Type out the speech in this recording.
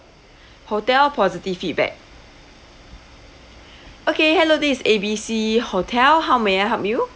hotel positive feedback okay hello this is A B C hotel how may I help you